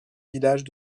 villages